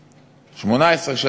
ל-1974.